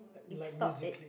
it stopped at